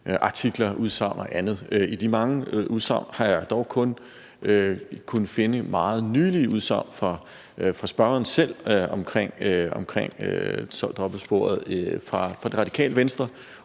artikler og udsagn og andet. I de mange udsagn har jeg dog kun kunnet finde meget nylige udsagn fra spørgeren selv omkring dobbeltsporet fra Det Radikale Venstre.